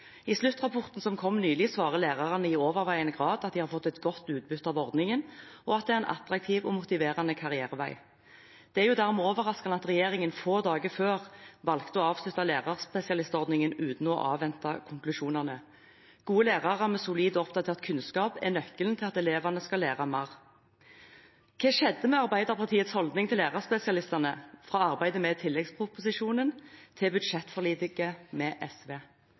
I sluttrapporten som kom nylig, svarer lærerne i overveiende grad at de har fått godt utbytte av ordningen, og at det er en attraktiv og motiverende karrierevei. Det er dermed overraskende at regjeringen få dager før valgte å avslutte lærerspesialistordningen uten å avvente konklusjonene. Gode lærere med solid og oppdatert kunnskap er nøkkelen til at elevene skal lære mer. Hva skjedde med Arbeiderpartiets holdning til lærerspesialistene fra arbeidet med tilleggsproposisjonen til budsjettforliket med SV?